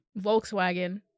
Volkswagen